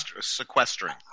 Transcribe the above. Sequestering